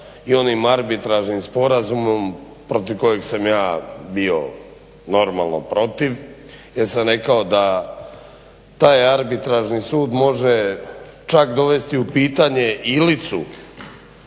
i onim arbitražnim sporazumom, protiv kojeg sam ja bio, normalno protiv jer sam rekao da taj Arbitražni sud može čak dovesti u pitanje Ilicu